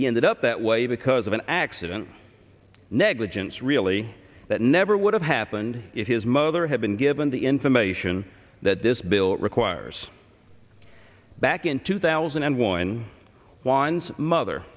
he ended up that way because of an accident negligence really that never would have happened if his mother had been given the information that this bill requires back in two thousand and one wants mother